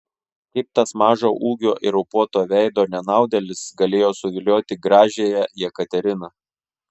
kaip tas mažo ūgio ir raupuoto veido nenaudėlis galėjo suvilioti gražiąją jekateriną